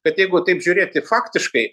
kad jeigu taip žiūrėti faktiškai